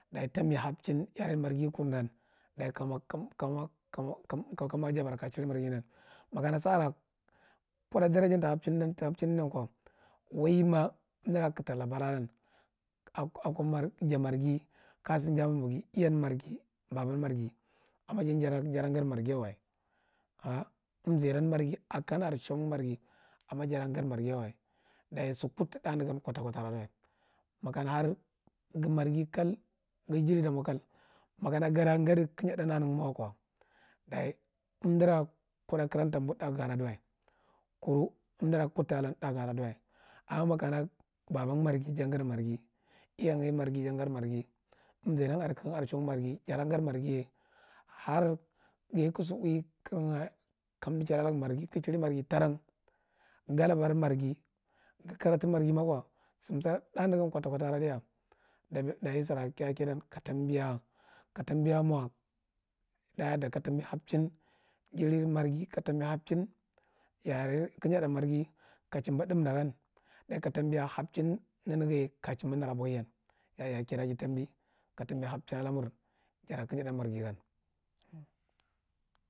Daye tambi hanching yari marghi kur dan daye kama, kam kama ji bara ka chid marghi kur dam, maka ma sara koidda dar jam dan a hapchindi dan ko waima undura kugu te labar alan ako mchinighi kaja sija iyan marghi baban marghi amma jan jada gadi marghiyawa, umzadam marghi akan are shan marghi, amma jan jada gadi marghiwa, daye sikudadti thath negan kotakota ada dugwa, matiana har gu marghi kal, gu gere dama kal makana gada gadi kiyadthad na nenghi wa umdura ko da kirata bud thaith ga aduwa kar umdura kuɗta adan thuth ga aduwa, amma kana baban marghi jangadi marghi, iyan marghi jan gadi marghi, umzudan are kaka are sham marghi jaran gadi marghiye har gye kagu si uwi kraga kagu ehiri marghi taron gala bara marghi gu kira thuth marghi mako sunsuda toneye aduga, daya sira kiya kidan ka tambiya mo tayad katambi hapehma jari marghi ka tambiya hapehing yara kiyadda marghi kada chumber thuth dagan daye katambiya hapehing ka ja chumber nera aboheyan ya an ya a kidi tambi ka tambi hapching da mar jara kiyadda marghigan.